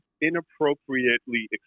inappropriately